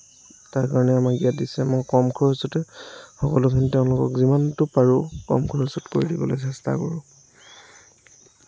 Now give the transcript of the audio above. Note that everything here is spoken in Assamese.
তাৰকাৰণে আমাক ইয়াত দিছে কম খৰছতে সকলোখিনি তেওঁলোকক যিমানটো পাৰোঁ কম খৰছৰ কৰি দিবলৈ চেষ্টা কৰোঁ